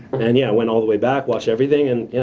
and yeah, i went all the way back, watched everything and yeah,